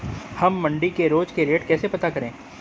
हम मंडी के रोज के रेट कैसे पता करें?